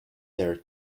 your